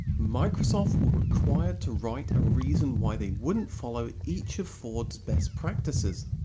microsoft were required to write a reason why they wouldn't follow each of ford's best practices.